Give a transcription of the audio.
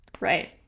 Right